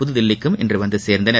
புதுதில்லிக்கும் இன்று வந்துசேர்ந்தனர்